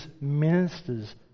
ministers